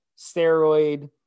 steroid